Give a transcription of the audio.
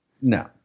No